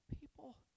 people